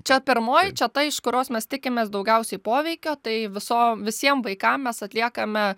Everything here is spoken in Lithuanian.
čia pirmoji čia ta iš kurios mes tikimės daugiausiai poveikio tai visom visiem vaikam mes atliekame